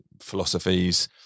philosophies